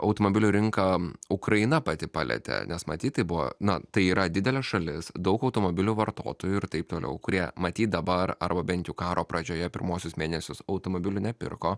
automobilių rinką ukraina pati palietė nes matyt tai buvo na tai yra didelė šalis daug automobilių vartotojų ir taip toliau kurie matyt dabar arba bent jau karo pradžioje pirmuosius mėnesius automobilių nepirko